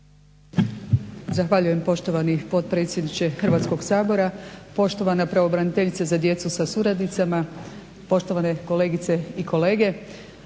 Zahvaljujem poštovani potpredsjedniče Hrvatskog sabora, poštovana pravobraniteljice za djecu sa suradnicama, poštovane kolegice i kolege.